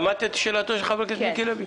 שמעת את שאלתו של חבר הכנסת לוי?